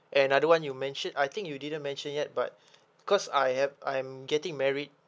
and another one you mentioned I think you didn't mention yet but because I have I'm getting married